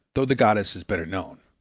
though the goddess is better known.